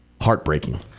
heartbreaking